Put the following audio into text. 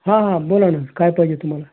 हां हां बोला नं काय पाहिजे आहे तुम्हाला